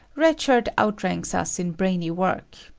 red shirt outranks us in brainy work.